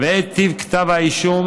ואת טיב כתב האישום,